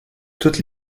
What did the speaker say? toutes